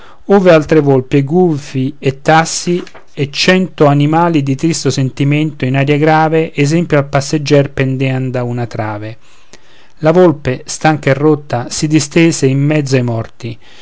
ove altre volpi e gufi e tassi e cento animali di tristo sentimento in aria grave esempio al passeggier pendean da un trave la volpe stanca e rotta si distese in mezzo ai morti